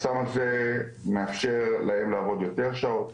הסם הזה מאפשר להם לעבוד יותר שעות,